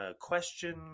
question